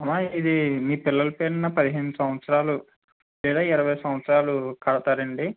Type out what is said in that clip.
అమ్మ ఇది మీ పిల్లల పేరున పదిహేను సంవత్సరాలు లేదా ఇరవై సంవత్సరాలు కడతారండి